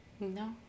No